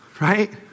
right